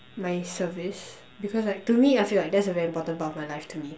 my service because like to me I feel like that's a very important part of my life to me